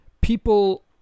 People